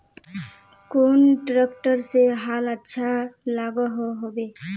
कुन ट्रैक्टर से हाल अच्छा लागोहो होबे?